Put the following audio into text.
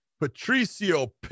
Patricio